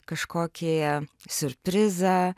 kažkokį siurprizą